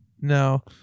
No